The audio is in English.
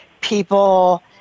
people